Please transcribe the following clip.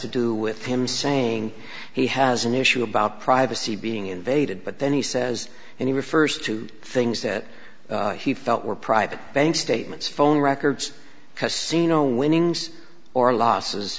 to do with him saying he has an issue about privacy being invaded but then he says and he refers to things that he felt were private bank statements phone records because seen no winnings or losses